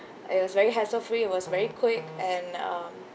it was very hassle free it was very quick and um